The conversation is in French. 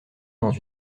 dans